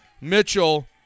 Mitchell